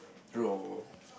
bro